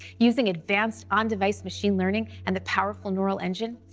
using advanced on-device machine learning and the powerful neural engine,